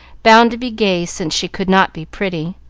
bound to be gay since she could not be pretty.